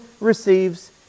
receives